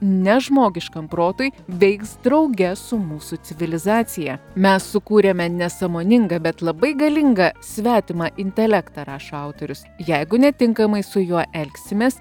ne žmogiškam protui veiks drauge su mūsų civilizacija mes sukūrėme nesąmoningą bet labai galingą svetimą intelektą rašo autorius jeigu netinkamai su juo elgsimės